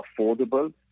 affordable